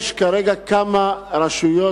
כרגע יש כמה רשויות,